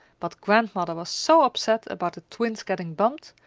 but grandmother was so upset about the twins getting bumped,